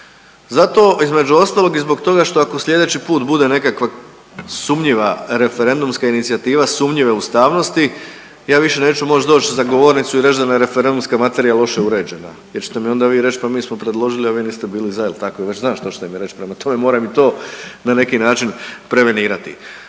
zato, između ostalog, i zbog toga ako sljedeći put bude nekakva sumnjiva referendumska inicijativa, sumnjive ustavnosti, ja više neću moći doći za govornicu i reći da je referendumska materija loše uređena jer ćete mi onda vi reći, pa mi smo predložili, a vi niste bili za, je li tako? Već znam što ćete mi reći, prema tome, moram i to na neki način prevenirati.